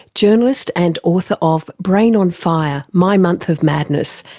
journalist and author of brain on fire my month of madness,